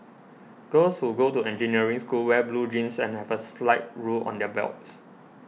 girls who go to engineering school wear blue jeans and have a slide rule on their belts